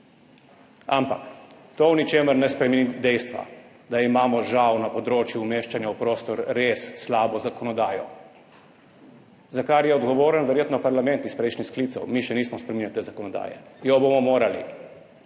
Ampak to v ničemer ne spremeni dejstva, da imamo, žal, na področju umeščanja v prostor res slabo zakonodajo, za kar je odgovoren verjetno parlament iz prejšnjih sklicev. Mi še nismo spreminjali te zakonodaje. Jo bomo morali.